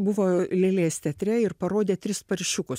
buvo lėlės teatre ir parodė tris paršiukus